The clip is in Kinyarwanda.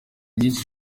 myinshi